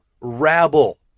rabble